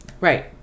Right